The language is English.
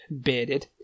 bearded